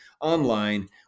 online